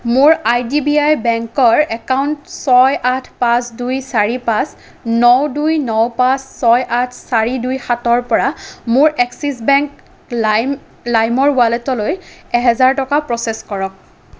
মোৰ I D B I বেংকৰ account ছয় আঠ পাঁচ দুই চাৰি পাঁচ ন দুই ন পাঁচ ছয় আঠ চাৰি দুই সাতৰ পৰা মোৰ এক্সিছ বেংক লাইম লাইমৰ ৱালেটলৈ এহেজাৰ টকা প্ৰ'চেছ কৰক